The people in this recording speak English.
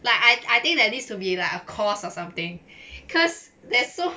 like I I think there needs to be like a course or something cause there's so